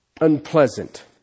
Unpleasant